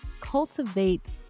cultivate